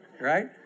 Right